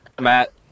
Matt